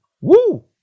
Woo